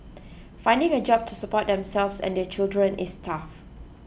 finding a job to support themselves and their children is tough